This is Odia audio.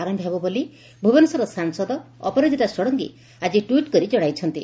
ଆରୟ ହେବ ବୋଲି ଭୁବନେଶ୍ୱର ସାଂସଦ ଅପରାଜିତା ଷଡଙ୍ଗୀ ଆଜି ଟୁଇଟ୍ କରି ଜଶାଇଛନ୍ତି